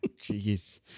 Jeez